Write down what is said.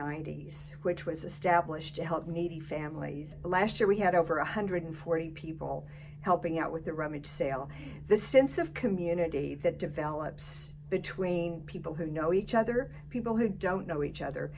ninety s which was established to help needy families last year we had over one hundred and forty people helping out with the rummage sale the sense of community that develops between people who know each other people who don't know each other